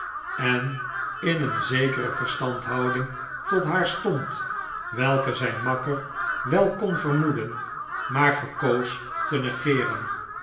en in een zekere verstandhouding tot haar stond welke zijn makker wel kon vermoeden maar verkoos te negeeren